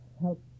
help